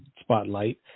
spotlight